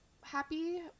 happy